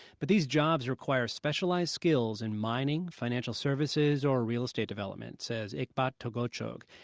but these jobs require specialized skills in mining, financial services or real estate development, says enghebat togochog.